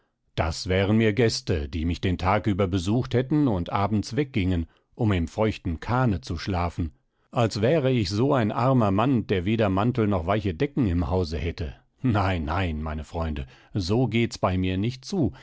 das wären mir gaste die mich den tag über besucht hätten und abends weggingen um im feuchten kahne zu schlafen als wäre ich so ein armer mann der weder mantel noch weiche decken im hause hätte nein nein meine freunde so geht's bei mir nicht zu